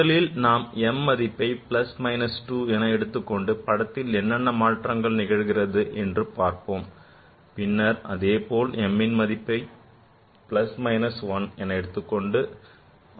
முதலில் நாம் m மதிப்பை plus minus 2 என எடுத்துக்கொண்டு படத்தில் என்ன மாற்றங்கள் நிகழ்கிறது என்று பார்போம் பின்னர் அதேபோல் mன் மதிப்பைப் plus minus 1 என எடுத்துக்கொண்டு அதேபோல் முயற்சி செய்து பார்ப்போம்